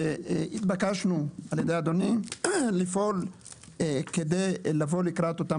והתבקשנו על-ידי אדוני לפעול כדי לבוא לקראת אותם